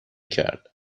کرد